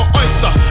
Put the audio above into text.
oyster